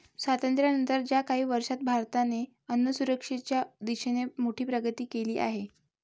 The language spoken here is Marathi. स्वातंत्र्यानंतर च्या काही वर्षांत भारताने अन्नसुरक्षेच्या दिशेने मोठी प्रगती केली आहे